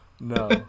no